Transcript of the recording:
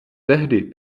tehdy